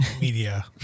media